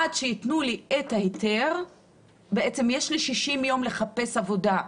עד שייתנו לי את ההיתר יש לי 60 יום לחפש עבודה.